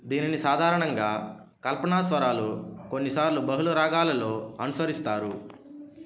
దీనిని సాధారణంగా కల్పనాస్వరాలు కొన్నిసార్లు బహుళ రాగాలలో అనుసరిస్తారు